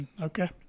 Okay